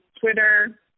Twitter